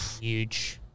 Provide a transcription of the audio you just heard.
Huge